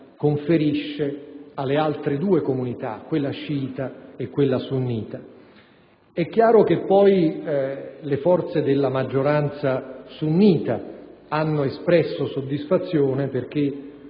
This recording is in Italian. conferisce alle altre due comunità, quella sciita e quella sunnita. È chiaro che le forze della maggioranza sunnita hanno espresso soddisfazione perché